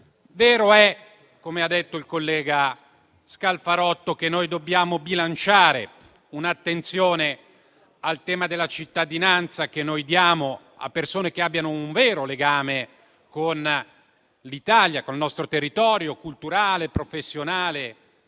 Vero è - come ha detto il collega Scalfarotto - che noi dobbiamo bilanciare un'attenzione al tema della cittadinanza, che noi diamo a persone che abbiano un vero legame con l'Italia, col nostro territorio culturale e professionale